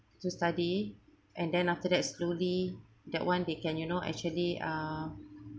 to study and then after that slowly that [one] they can you know actually uh